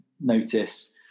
notice